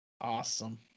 Awesome